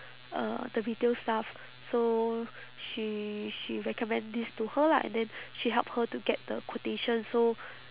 uh the retail staff so she she recommend this to her lah and then she help her to get the quotation so